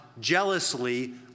jealously